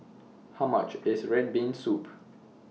How much IS Red Bean Soup